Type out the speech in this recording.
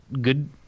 good